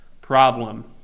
problem